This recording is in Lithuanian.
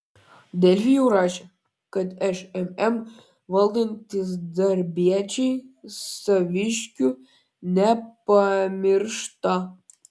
delfi jau rašė kad šmm valdantys darbiečiai saviškių nepamiršta